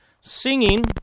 singing